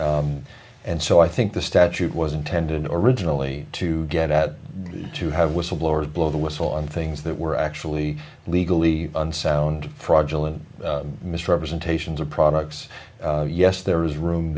and so i think the statute was intended originally to get out to you have whistleblowers blow the whistle on things that were actually legally unsound fraudulent misrepresentations of products yes there is room